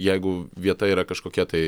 jeigu vieta yra kažkokia tai